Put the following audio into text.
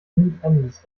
independence